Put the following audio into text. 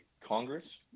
congress